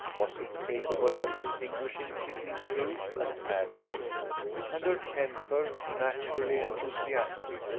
was incapable of distinguishing between truth and error and her temper, naturally enthusiastic,